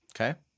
Okay